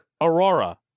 Aurora